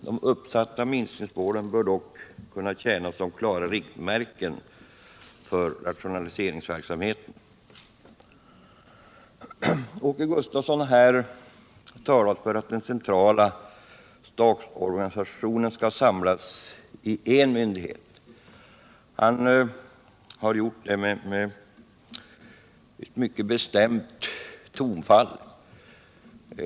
De uppsatta minskningsmålen bör dock enligt utskottets mening kunna tjäna som klara riktmärken för rationaliseringsverksamheten. Åke Gustavsson har här talat för att den centrala stabsorganisationen skall samlas inom en myndighet. Han använder därvid ett mycket bestämt tonfall.